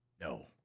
No